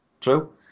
true